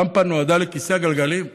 הרמפה נועדה לכיסא גלגלים.